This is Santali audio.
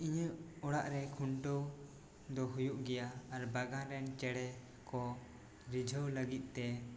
ᱤᱧᱟᱹᱜ ᱚᱲᱟᱜ ᱨᱮ ᱠᱷᱩᱱᱴᱟᱹᱣ ᱫᱚ ᱦᱩᱭᱩᱜ ᱜᱮᱭᱟ ᱟᱨ ᱵᱟᱜᱟᱱ ᱨᱮᱱ ᱪᱮᱬᱮ ᱠᱚ ᱨᱤᱡᱷᱟᱹᱣ ᱞᱟᱹᱜᱤᱫ ᱛᱮ